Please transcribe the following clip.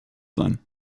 sein